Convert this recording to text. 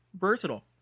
Versatile